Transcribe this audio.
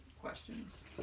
questions